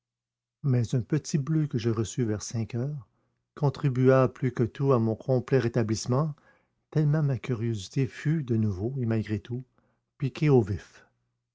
mais un petit bleu que je reçus vers cinq heures contribua plus que tout à mon complet rétablissement tellement ma curiosité fut de nouveau et malgré tout piquée au vif